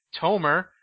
Tomer